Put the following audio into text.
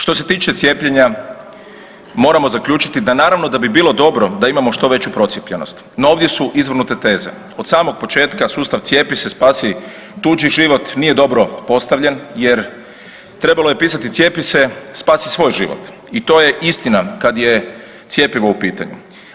Što se tiče cijepljenja moramo zaključiti da naravno da bi bilo dobro da imamo što veću procijepljenost, no ovdje su izvrnute teze od samog početka sustav cijepise, spasi tuđi život nije dobro postavljen jer trebalo je pisati cijepi se, spasi svoj život i to je istina kad je cjepivo u pitanju.